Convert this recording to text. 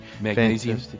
magnesium